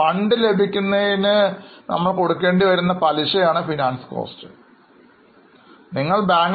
fund ലഭിക്കുന്നതിന് ചെലവ് വരികയാണെങ്കിൽ അതിനെ ഫിനാൻസ് കോസ്റ്റ് എന്നാണ് പറയുന്നത്